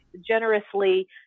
generously